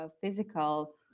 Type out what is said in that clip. physical